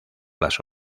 las